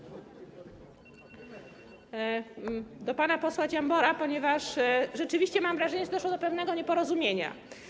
Do pana posła Dziambora, ponieważ rzeczywiście mam wrażenie, że doszło do pewnego nieporozumienia.